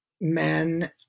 men